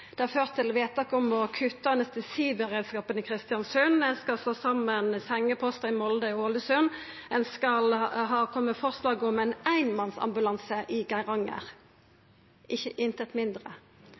Det har ført til vedtak om å kutta anestesiberedskapen i Kristiansund, ein skal slå saman sengepostar i Molde og Ålesund, det har kome forslag om ein einmannsambulanse i Geiranger